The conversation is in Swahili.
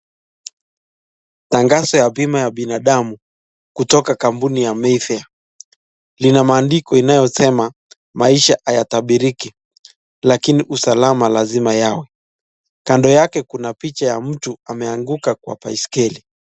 Tangazo ya bima ya binadamu kutoka kampuni ya Mayfair . Lina maandiko yanayosema maisha hayatabiriki lakini usalama lazima yawe. Kando yake kuna picha ya mtu ameanguka kwa baiskeli.